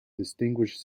distinguished